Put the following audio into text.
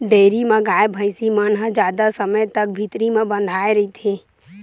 dairy म गाय, भइसी मन ह जादा समे तक भीतरी म बंधाए रहिथे